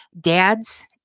Dad's